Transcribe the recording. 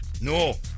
No